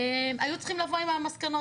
היו צריכים לבוא עם המסקנות.